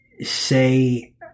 say